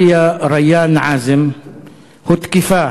עליאא ריאן עאזם הותקפה,